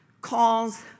calls